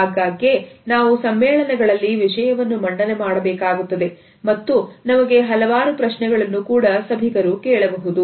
ಆಗಾಗ್ಗೆ ನಾವು ಸಮ್ಮೇಳನಗಳಲ್ಲಿ ವಿಷಯವನ್ನು ಮಂಡನೆ ಮಾಡಬೇಕಾಗುತ್ತದೆ ಮತ್ತು ನಮಗೆ ಹಲವಾರು ಪ್ರಶ್ನೆಗಳನ್ನು ಕೂಡ ಸಭಿಕರು ಕೇಳಬಹುದು